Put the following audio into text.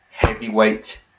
Heavyweight